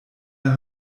der